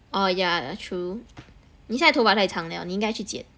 orh yeah true 你现在头发太长了你应该去剪